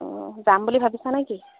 অঁ যাম বুলি ভাবিছা নেকি